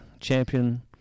champion